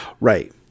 Right